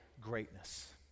greatness